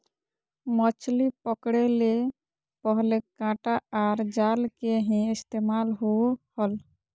मछली पकड़े ले पहले कांटा आर जाल के ही इस्तेमाल होवो हल